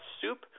soup